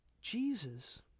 Jesus